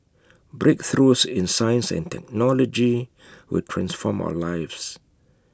breakthroughs in science and technology will transform our lives